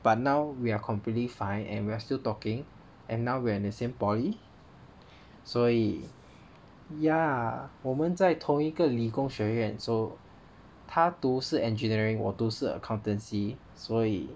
but now we are completely fine and we're still talking and now we're the same poly 所以 ya 我们在同一个理工学院 so 他读是 engineering 我读是 accountancy 所以